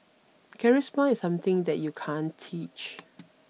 Charisma is something that you can't teach